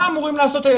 מה הם אמורים לעשות?